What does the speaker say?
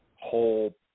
whole